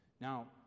Now